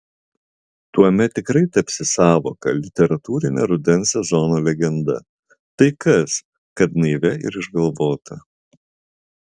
tuomet tikrai tapsi sąvoka literatūrine rudens sezono legenda tai kas kad naivia ir išgalvota